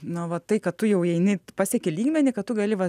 na o va tai kad tu jau eini pasieki lygmenį kad tu gali va